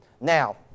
Now